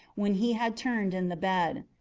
when he had turned in the bed.